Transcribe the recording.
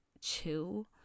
chill